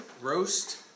roast